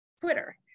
Twitter